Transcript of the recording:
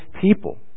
people